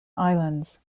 islands